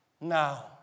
Now